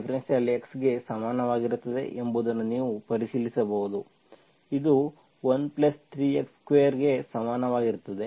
∂N∂x ಗೆ ಸಮನಾಗಿರುತ್ತದೆ ಎಂಬುದನ್ನು ನೀವು ಪರಿಶೀಲಿಸಬಹುದು ಇದು 13x2 ಗೆ ಸಮಾನವಾಗಿರುತ್ತದೆ